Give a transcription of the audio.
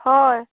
हय